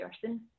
person